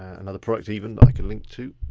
another product even i can link to.